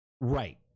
Right